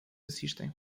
assistem